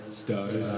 stars